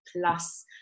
plus